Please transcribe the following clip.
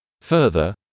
Further